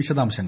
വിശദാംശങ്ങൾ